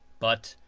but,